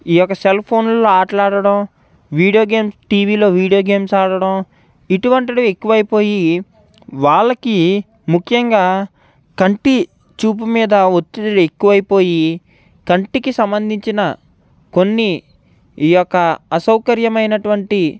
ఈ యొక్క సెల్ ఫోన్లో ఆటలు ఆడడం వీడియో గేమ్స్ టీవీలో వీడియో గేమ్స్ ఆడడం ఇటువంటివి ఎక్కువ అయిపోయి వాళ్ళకి ముఖ్యంగా కంటి చూపు మీద వత్తిడి ఎక్కువ అయిపోయి కంటికి సంబంధించిన కొన్ని ఈ యొక్క అసౌకర్యమైనటువంటి